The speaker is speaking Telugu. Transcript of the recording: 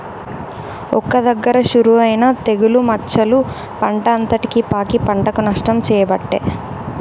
ఒక్క దగ్గర షురువు అయినా తెగులు మచ్చలు పంట అంతటికి పాకి పంటకు నష్టం చేయబట్టే